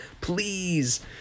Please